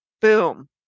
Boom